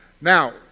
Now